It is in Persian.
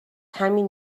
همین